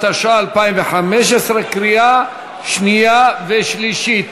התשע"ה 2015, קריאה שנייה ושלישית.